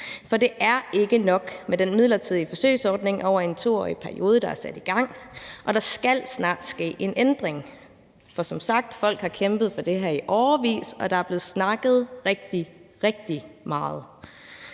For det er ikke nok med den midlertidige forsøgsordning over en 2-årig periode, der er sat i gang, og der skal snart ske en ændring. For som sagt: Folk har kæmpet for det her i årevis, og der er blevet snakket rigtig, rigtig meget.